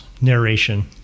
narration